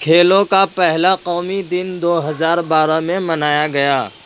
کھیلوں کا پہلا قومی دن دو ہزار بارہ میں منایا گیا